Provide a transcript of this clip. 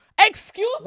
Excuse